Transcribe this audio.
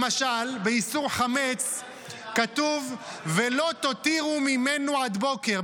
למשל באיסור חמץ כתוב: "ולא תותירו ממנו עד בֹקר",